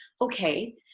okay